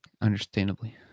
Understandably